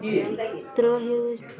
ତ୍ର ହେଉ